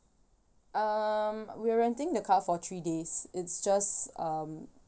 um we're renting the car for three days it's just um